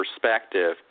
perspective